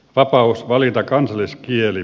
vapaus valita kansalliskieli